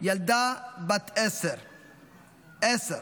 ילדה בת עשר, עשר,